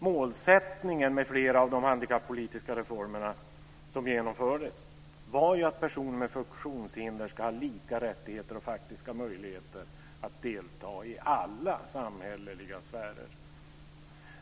Målsättningen med flera av de handikappolitiska reformerna som genomfördes var ju att personer med funktionshinder skulle ha lika rättigheter och faktiska möjligheter att delta i alla samhälleliga sfärer.